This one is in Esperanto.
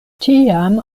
tiam